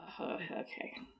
okay